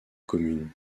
commune